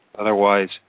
Otherwise